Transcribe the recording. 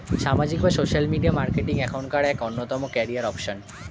সামাজিক বা social media marketing এখনকার এক অন্যতম ক্যারিয়ার অপশন